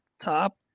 top